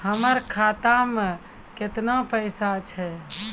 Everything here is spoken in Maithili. हमर खाता मैं केतना पैसा छह?